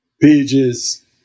pages